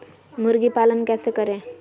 मुर्गी पालन कैसे करें?